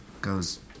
goes